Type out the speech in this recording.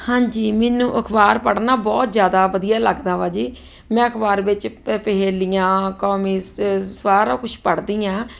ਹਾਂਜੀ ਮੈਨੂੰ ਅਖ਼ਬਾਰ ਪੜ੍ਹਨਾ ਬਹੁਤ ਜ਼ਿਆਦਾ ਵਧੀਆ ਲੱਗਦਾ ਵਾ ਜੀ ਮੈਂ ਅਖ਼ਬਾਰ ਵਿੱਚ ਪ ਪਹੇਲੀਆਂ ਕੌਮੀਸ ਸਾਰਾ ਕੁਛ ਪੜ੍ਹਦੀ ਹਾਂ